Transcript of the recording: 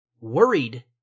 worried